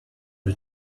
was